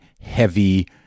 heavy